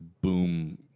boom